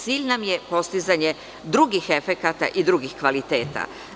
Cilj nam je postizanje drugih efekata i drugih kvaliteta.